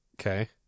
Okay